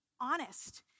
honest